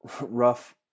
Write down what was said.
rough